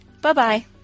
Bye-bye